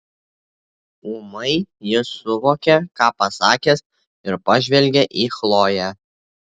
ūmai jis suvokė ką pasakęs ir pažvelgė į chloję